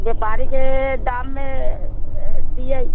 व्यापारी के दाम मे दियै